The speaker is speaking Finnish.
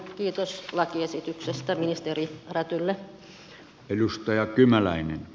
kiitos lakiesityksestä ministeri rädylle